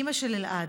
אימא של אלעד,